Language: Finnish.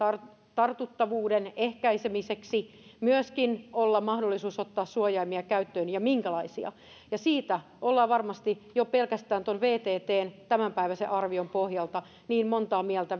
tartuttavuuden ehkäisemiseksi myöskin olla mahdollisuus ottaa suojaimia käyttöön ja minkälaisia ja siitä ollaan varmasti jo pelkästään tuon vttn tämänpäiväisen arvion pohjalta montaa mieltä